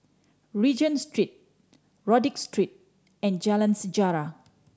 Regent Street Rodyk Street and Jalan Sejarah